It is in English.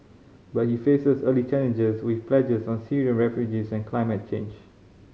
but he faces early challenges with pledges on Syrian refugees and climate change